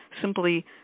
simply